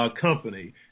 company